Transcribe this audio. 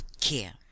care